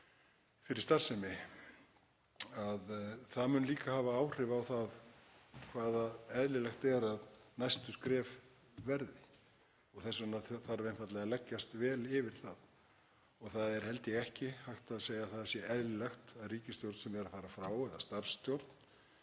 fyrir starfsemi. Það mun líka hafa áhrif á hvað eðlilegt er að næstu skref verði. Þess vegna þarf einfaldlega að leggjast vel yfir það. Það er held ég ekki hægt að segja að það sé eðlilegt að ríkisstjórn sem er að fara frá eða starfsstjórn